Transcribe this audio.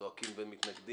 (חלקה תלת-ממדית),